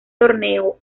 torneo